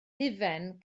hufen